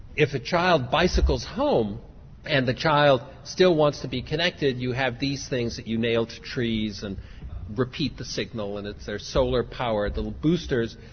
if a child bicycles home and the child still wants to be connected you have these things that you nail to trees and repeat the signal and they're solar powered little boosters.